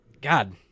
God